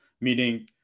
meaning